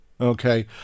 Okay